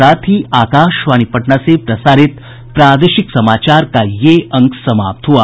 इसके साथ ही आकाशवाणी पटना से प्रसारित प्रादेशिक समाचार का ये अंक समाप्त हुआ